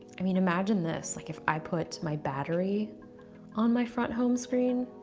i mean, imagine this. like, if i put my battery on my front home screen.